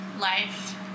life